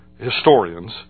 historians